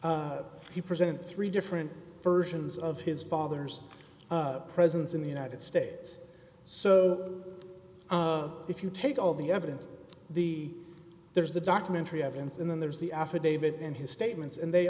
he present three different versions of his father's presence in the united states so if you take all of the evidence the there's the documentary evidence and then there's the affidavit and his statements and they